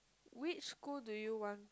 which school do you want